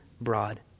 broad